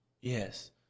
Yes